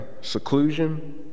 seclusion